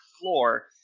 floor